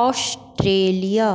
Australia